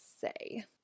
say